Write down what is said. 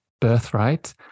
birthright